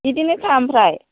बिदिनोखा आमफ्राय